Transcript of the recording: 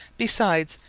besides,